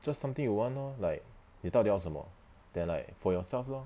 just something you want lor like 你到底要什么 then like for yourself lor